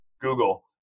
Google